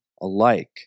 alike